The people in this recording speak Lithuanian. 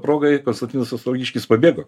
progai konstantinas ostrogiškis pabėgo